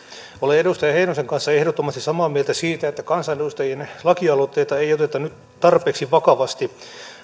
olen edustaja heinosen kanssa ehdottomasti samaa mieltä siitä että kansanedustajien lakialoitteita ei ei oteta nyt tarpeeksi vakavasti